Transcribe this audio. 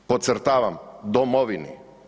Podcrtavam, domovini.